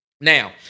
Now